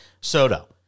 Soto